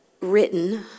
written